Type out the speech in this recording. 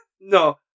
no